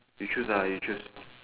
you choose ah you choose